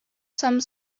some